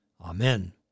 Amen